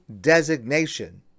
designation